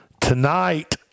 Tonight